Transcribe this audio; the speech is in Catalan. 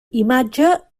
imatge